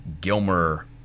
Gilmer